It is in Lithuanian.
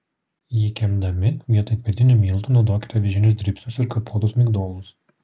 jį kepdami vietoj kvietinių miltų naudokite avižinius dribsnius ir kapotus migdolus